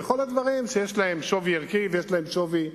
בכל הדברים שיש להם שווי ערכי ויש להם שווי כספי.